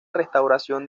restauración